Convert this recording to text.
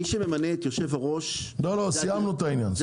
מי שממנה את יושב-הראש זה דירקטוריון.